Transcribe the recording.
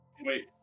Wait